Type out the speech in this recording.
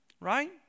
right